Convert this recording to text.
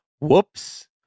Whoops